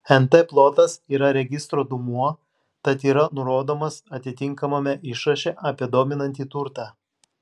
nt plotas yra registro duomuo tad yra nurodomas atitinkamame išraše apie dominantį turtą